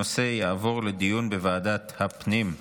הנושא יעבור לדיון בוועדת הפנים.